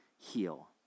heal